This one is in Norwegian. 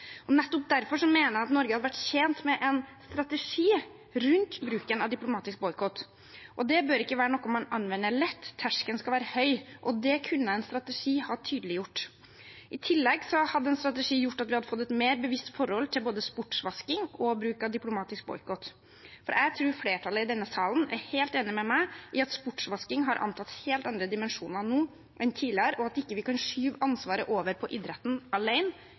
Nettopp derfor mener jeg at Norge hadde vært tjent med en strategi rundt bruken av diplomatisk boikott, og det bør ikke være noe man anvender lett – terskelen skal være høy. Det kunne en strategi ha tydeliggjort. I tillegg ville en strategi ha gjort at vi hadde fått et mer bevisst forhold til både sportsvasking og bruk av diplomatisk boikott, for jeg tror flertallet i denne salen er helt enig med meg i at sportsvasking har antatt helt andre dimensjoner nå enn tidligere, og at vi ikke kan skyve ansvaret over på idretten